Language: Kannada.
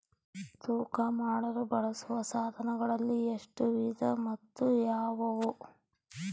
ತೂಕ ಮಾಡಲು ಬಳಸುವ ಸಾಧನಗಳಲ್ಲಿ ಎಷ್ಟು ವಿಧ ಮತ್ತು ಯಾವುವು?